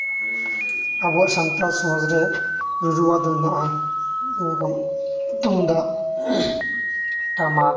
ᱟᱵᱚᱣᱟᱜ ᱥᱟᱱᱛᱟᱲ ᱥᱚᱢᱟᱡᱽ ᱨᱮ ᱨᱩᱨᱩᱣᱟᱜ ᱫᱚ ᱢᱮᱱᱟᱜᱼᱟ ᱱᱚᱣᱟ ᱠᱚ ᱛᱩᱢᱫᱟᱜ ᱴᱟᱢᱟᱠ